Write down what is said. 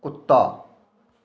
ਕੁੱਤਾ